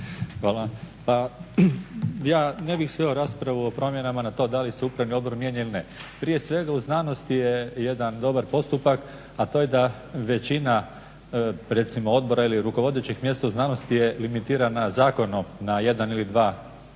Hvala. Pa ja ne bih sveo raspravu o promjenama na to da li se Upravni odbor mijenja ili ne. Prije svega u znanosti je jedan dobar postupak, a to je da većina recimo odbora ili rukovodećih mjesta u znanosti je limitirana zakonom na jedan ili dva mandata